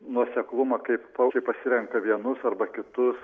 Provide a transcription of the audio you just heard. nuoseklumą kaip paukščiai pasirenka vienus arba kitus